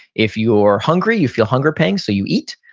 if you're hungry, you feel hunger pangs, so you eat.